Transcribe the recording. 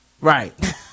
Right